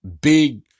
big